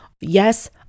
Yes